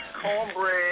cornbread